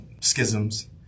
schisms